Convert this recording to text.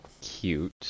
Cute